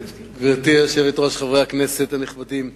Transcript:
גברתי היושבת-ראש, חברי הכנסת הנכבדים,